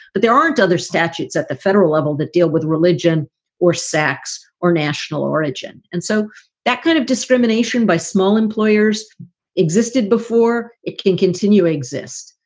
but there aren't other statutes at the federal level that deal with religion or sex or national origin. and so that kind of discrimination by small employers existed before. it can continue to exist.